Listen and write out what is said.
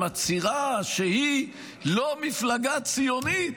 שמצהירה שהיא לא מפלגה ציונית,